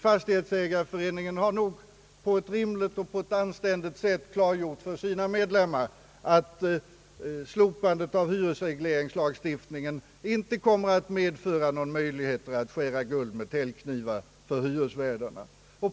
Fastighetsägarföreningarna har på ett rimligt och anständigt sätt klargjort för sina medlemmar att slopandet av hyresregleringslagstiftningen inte kommer att medföra några möjligheter att skära guld med täljknivar.